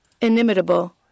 Inimitable